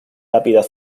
lápidas